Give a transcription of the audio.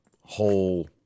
whole